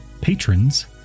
patrons